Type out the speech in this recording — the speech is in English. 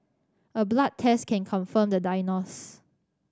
a blood test can confirm the diagnosis